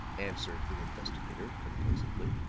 answered the investigator composedly.